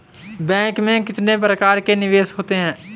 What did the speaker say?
Bank में कितने प्रकार के निवेश होते हैं?